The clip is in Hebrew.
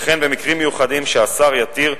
וכן במקרים מיוחדים שהשר יתיר,